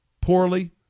poorly